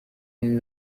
این